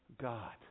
God